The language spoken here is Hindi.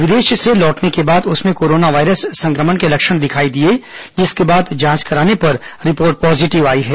विदेश से लौटने के बाद उसमें कोरोना वायरस संक्रमण के लक्षण दिखाई दिए जिसके बाद जांच कराने पर रिपोर्ट पॉजीटिव आई है